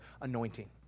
anointing